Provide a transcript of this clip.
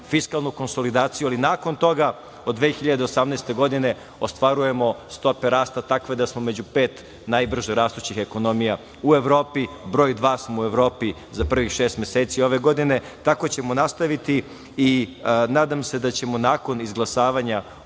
fiskalnu konsolidaciju, ali nakon toga, od 2018. godine, ostvarujemo stope rasta takve da smo među pet najbrže rastućih ekonomija u Evropi, broj dva smo u Evropi za prvih šest meseci ove godine. Tako ćemo nastaviti i nadam se da ćemo nakon izglasavanja